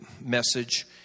message